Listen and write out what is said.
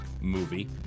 movie